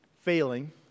failing